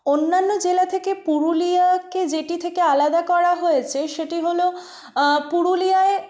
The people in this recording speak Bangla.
অন্যান্য জেলা থেকে পুরুলিয়াকে যেটি থেকে আলাদা করা হয়েছে সেটি হল পুরুলিয়ায়